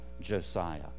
Josiah